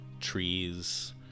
trees